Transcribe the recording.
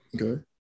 Okay